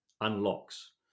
unlocks